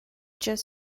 just